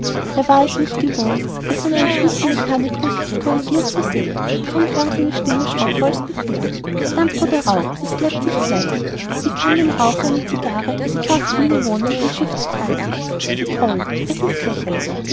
er war es nicht gewohnt sich von einem schlichten mechanikus corrigirt zu sehen darum klang seine stimme schroffer als bisher dampf oder rauch das bleibt sich gleich wie kann dem rauche einer cigarre die kraft inne wohnen ein schiff zu treiben c'est drle es ist lächerlich